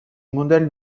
modèle